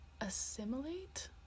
assimilate